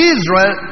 Israel